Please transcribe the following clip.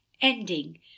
ending